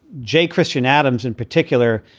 j. christian adams in particular,